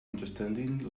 understanding